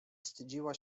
wstydziła